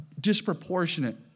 disproportionate